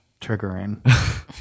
Triggering